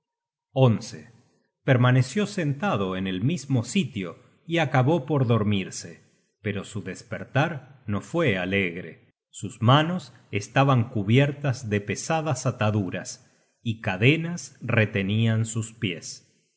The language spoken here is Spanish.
anillo permaneció sentado en el mismo sitio y acabó por dormirse pero su despertar no fue alegre sus manos estaban cubiertas de pesadas ataduras y cadenas retenian sus pies